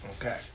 Okay